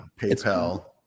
paypal